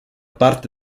parte